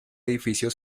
edificio